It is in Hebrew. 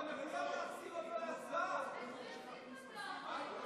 אני מודיע שהצעת חוק למניעת העסקה בתחום החינוך והטיפול